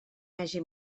hagi